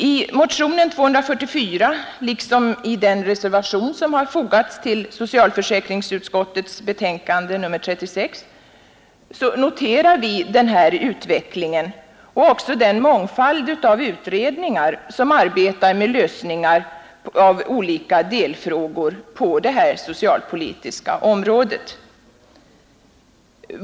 I motionen 244 liksom i den reservation som fogats till socialförsäkringsutskottets betänkande nr 36 noterar vi denna utveckling och även den mångfald av utredningar som arbetar med lösningar av olika delfrågor på det socialpolitiska området.